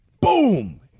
boom